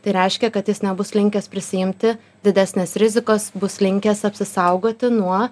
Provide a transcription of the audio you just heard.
tai reiškia kad jis nebus linkęs prisiimti didesnės rizikos bus linkęs apsisaugoti nuo